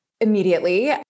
immediately